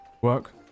work